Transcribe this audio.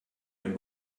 den